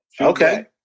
Okay